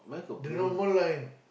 the normal line